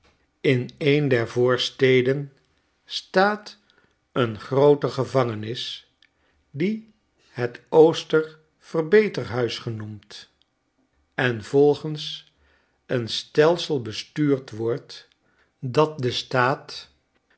in een der voorsteden staat een groote gevangenis die het ooster verbeterhuis genoemd en volgens een stelsel bestuurd wordt dat den staat